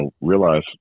realize –